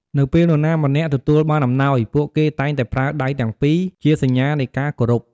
នៅពេលនរណាម្នាក់ទទួលបានអំណោយ ពួកគេតែងតែប្រើដៃទាំងពីរជាសញ្ញានៃការគោរព។